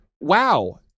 wow